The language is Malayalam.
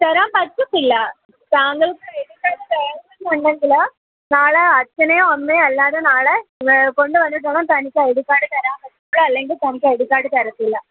തരാൻ പറ്റത്തില്ല താങ്കൾക്ക് ഐ ഡി കാഡ് വേണമെന്നുണ്ടെങ്കിൽ നാളെ അച്ഛനെയോ അമ്മയോ അല്ലാതെ നാളെ കൊണ്ടു വന്നിട്ട് വേണം തനിക്ക് ഐ ഡി കാർഡ് തരാൻ പറ്റുള്ളൂ അല്ലെങ്കിൽ തനിക്ക് ഐ ഡി കാർഡ് തരത്തില്ല